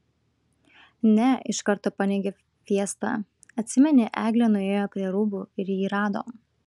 ne iš karto paneigė fiesta atsimeni eglė nuėjo prie rūbų ir jį rado